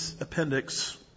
appendix